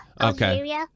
okay